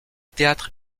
théâtre